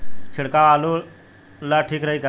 छिड़काव आलू ला ठीक रही का?